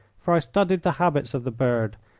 for i studied the habits of the bird,